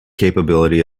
capability